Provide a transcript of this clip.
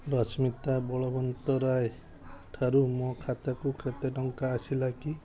ରଶ୍ମିତା ବଳବନ୍ତରାୟଠାରୁ ମୋ ଖାତାକୁ କେତେ ଟଙ୍କା ଆସିଲା କି